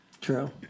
True